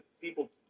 people